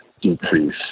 decrease